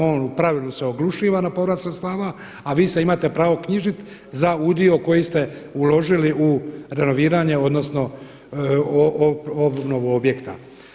On u pravilu se oglušuje na povrat sredstava a vi se imate pravo knjižiti za udio koji ste uložili u renoviranje odnosno obnovu objekta.